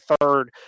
third